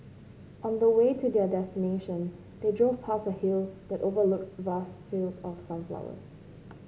on the way to their destination they drove past a hill that overlooked vast fields of sunflowers